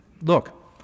look